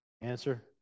Answer